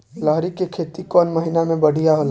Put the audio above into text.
लहरी के खेती कौन महीना में बढ़िया होला?